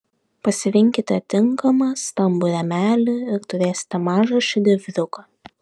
pasirinkite tinkamą stambų rėmelį ir turėsite mažą šedevriuką